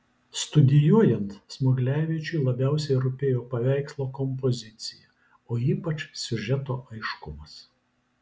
studijuojant smuglevičiui labiausiai rūpėjo paveikslo kompozicija o ypač siužeto aiškumas